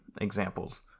examples